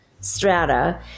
strata